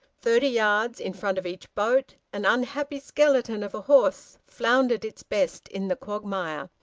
thirty yards in front of each boat an unhappy skeleton of a horse floundered its best in the quagmire.